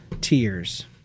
Tears